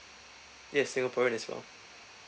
yes singaporean as well